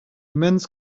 immense